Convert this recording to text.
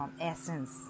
essence